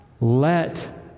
Let